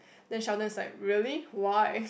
then Sheldon is like really why